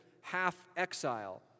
half-exile